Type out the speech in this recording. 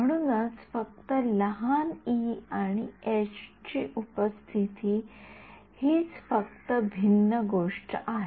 म्हणूनच फक्त लहान ई आणि एच ची उपस्थिती हीच फक्त भिन्न गोष्ट आहे